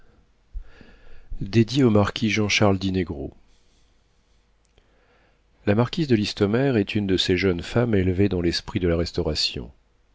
dédié au marquis jean charles di negro la marquise de listomère est une de ces jeunes femmes élevées dans l'esprit de la restauration